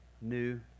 new